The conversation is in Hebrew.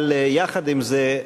אבל יחד עם זה,